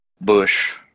Bush